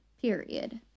period